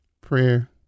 prayer